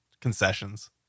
Concessions